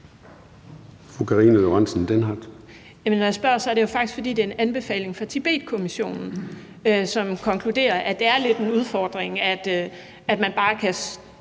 Karina Lorentzen Dehnhardt (SF): Når jeg spørger, er det jo faktisk, fordi det er en anbefaling fra Tibetkommissionen, som konkluderede, at det er lidt en udfordring, at man bare kan